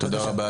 תודה רבה,